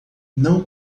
não